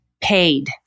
paid